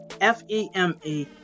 F-E-M-E